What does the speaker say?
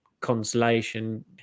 consolation